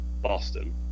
Boston